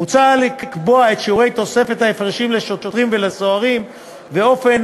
מוצע לקבוע את שיעורי תוספת ההפרשים לשוטרים ולסוהרים ואופן